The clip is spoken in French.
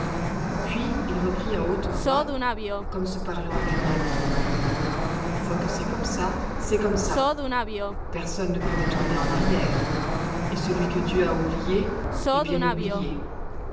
puis il reprit à haute voix comme se parlant à lui-même une fois que c'est comme ça c'est comme ça personne ne peut retourner en arrière et celui que dieu a oublié est bien oublié